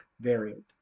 variant